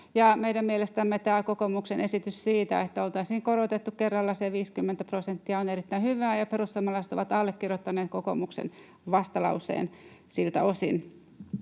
Meidän mielestämme tämä kokoomuksen esitys siitä, että oltaisiin korotettu kerralla se 50 prosenttia, on erittäin hyvä, ja perussuomalaiset ovat allekirjoittaneet kokoomuksen vastalauseen siltä osin.